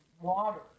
water